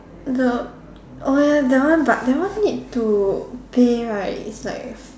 the oh ya that one but that one need to pay right is like